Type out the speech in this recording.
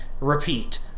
repeat